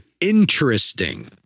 interesting